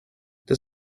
det